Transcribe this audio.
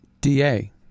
DA